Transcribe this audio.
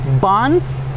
bonds